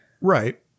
Right